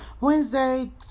Wednesday